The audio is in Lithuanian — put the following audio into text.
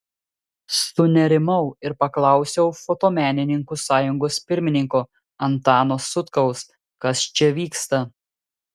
sunerimau ir paklausiau fotomenininkų sąjungos pirmininko antano sutkaus kas čia vyksta